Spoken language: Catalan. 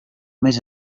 més